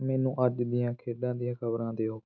ਮੈਨੂੰ ਅੱਜ ਦੀਆਂ ਖੇਡਾਂ ਦੀਆਂ ਖ਼ਬਰਾਂ ਦਿਓ